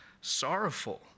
sorrowful